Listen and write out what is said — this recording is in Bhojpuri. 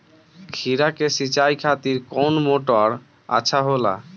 खीरा के सिचाई खातिर कौन मोटर अच्छा होला?